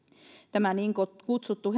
tämä niin kutsuttu